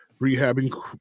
rehabbing